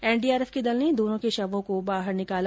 NDRF के दल ने दोनो के शवो को बाहर निकाला